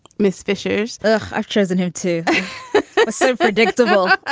miss phishers i've chosen him to sort of predictable